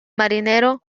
marinero